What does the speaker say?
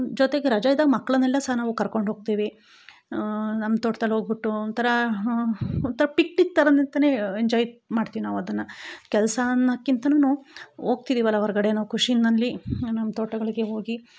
ಜೊತೆಗೆ ರಜಾಯಿದ್ದಾಗ ಮಕ್ಕಳನೆಲ್ಲ ಸಹ ನಾವು ಕರ್ಕೊಂಡು ಹೋಗ್ತಿವಿ ನಮ್ಮ ತೋಟ್ದಲ್ಲಿ ಹೋಗಿಬಿಟ್ಟು ಒಂಥರ ಒಂಥರ ಪಿಟ್ಟಿದ್ತರನೆ ಅಂತ ಎಂಜಾಯ್ ಮಾಡ್ತೀವಿ ನಾವು ಅದನ್ನು ಕೆಲಸ ಅನ್ನಕ್ಕಿಂತನು ಹೋಗ್ತಿದಿವಲ್ಲ ಹೊರ್ಗಡೆ ನಾವು ಖುಷಿನಲ್ಲಿ ನಮ್ಮ ತೋಟಗಳಿಗೆ ಹೋಗಿ